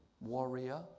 warrior